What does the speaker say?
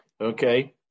Okay